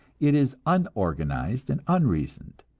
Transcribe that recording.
it is unorganized and unreasoned,